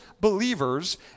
believers